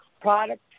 product